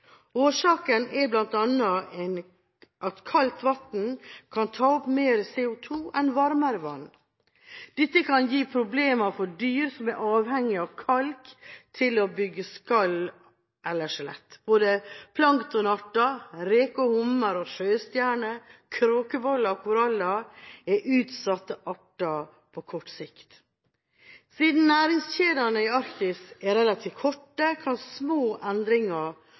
Årsaken er bl.a. at kaldt vann kan ta opp mer CO2 enn varmere vann. Dette kan gi problemer for dyr som er avhengige av kalk til å bygge skall eller skjelett. Både planktonarter, reker, hummer, sjøstjerner, kråkeboller og koraller er utsatte arter på kort sikt. Siden næringskjedene i Arktis er relativt korte, kan små endringer